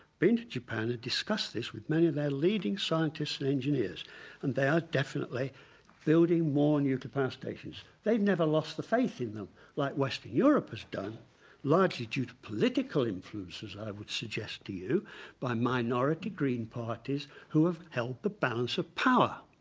been to japan and discussed this with many of their leading scientists and engineers and they are definitely building more and nuclear power stations. they've never lost the faith in them like western europe has done largely due to political influences i would suggest to you by minority green parties who have held the balance of power.